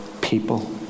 people